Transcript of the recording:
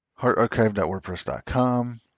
heartarchive.wordpress.com